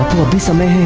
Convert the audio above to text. will be something